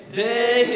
day